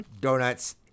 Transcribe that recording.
donuts